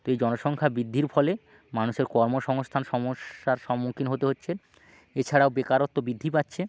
তো এই জনসংখ্যার বৃদ্ধির ফলে মানুষের কর্মসংস্থান সমস্যার সম্মুখীন হতে হচ্ছে এছাড়াও বেকারত্ব বৃদ্ধি পাচ্ছে